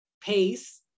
pace